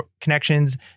connections